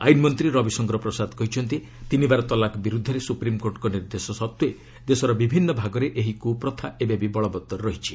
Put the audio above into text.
ଆଇନ୍ ମନ୍ତ୍ରୀ ରବିଶଙ୍କର ପ୍ରସାଦ କହିଛନ୍ତି ତିନିବାର ତଲାକ୍ ବିରୁଦ୍ଧରେ ସୁପ୍ରିମ୍କୋର୍ଟଙ୍କ ନିର୍ଦ୍ଦେଶ ସତ୍ତ୍ୱେ ଦେଶର ବିଭିନ୍ନ ଭାଗରେ ଏହି କୁପ୍ରଥା ଏବେବି ବଳବତ୍ତର ରହିଛି